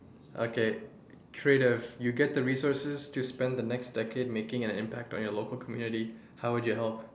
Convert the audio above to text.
okay trade off you get the resources to spend the next decade making an impact on the local community how would you help